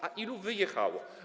A ilu wyjechało?